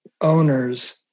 owners